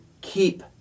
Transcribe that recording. keep